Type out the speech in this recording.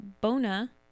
Bona